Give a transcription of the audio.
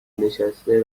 نشسته